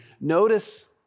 Notice